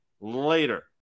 Later